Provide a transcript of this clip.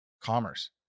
commerce